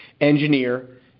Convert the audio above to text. engineer